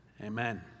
amen